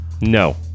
No